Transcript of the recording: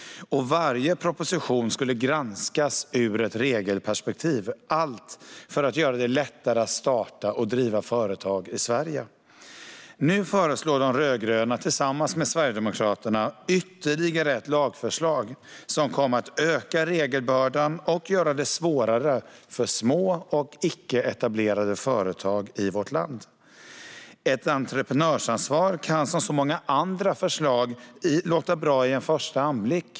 Och varje proposition skulle granskas ur ett regelperspektiv - allt för att göra det lättare att starta och driva företag i Sverige. Nu föreslår de rödgröna tillsammans med Sverigedemokraterna ytterligare ett lagförslag som kommer att öka regelbördan och göra det svårare för små och ännu inte etablerade företag i vårt land. Ett entreprenörsansvar kan som så många andra förslag låta bra vid en första anblick.